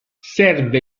serve